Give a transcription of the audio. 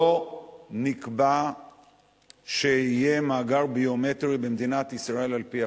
לא נקבע שיהיה מאגר ביומטרי במדינת ישראל על-פי החוק.